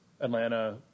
Atlanta